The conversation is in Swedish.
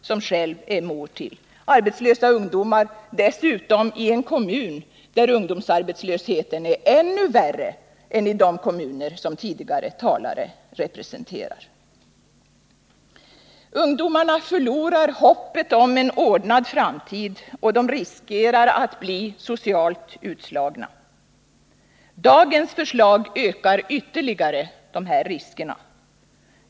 Jag är själv mor till arbetslösa ungdomar, dessutom i en kommun där ungdomsarbetslösheten är ännu värre än i de kommuner som tidigare talare representerar. Ungdomarna förlorar hoppet om en ordnad framtid och riskerar att bli socialt utslagna. Dagens förslag, om det antas, ökar ytterligare dessa risker.